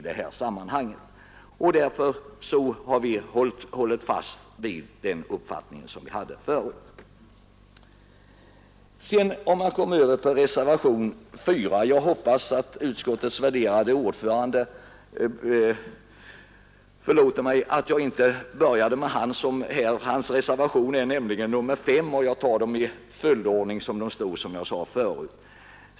Därför har vi hållit fast vid vår tidigare uppfattning. När jag nu går över till reservationen 4 hoppas jag att utskottets värderade ordförande förlåter mig att jag inte började med hans reservation, som är nr 5. Jag tar dem nämligen i nummerföljd, som jag sade förut.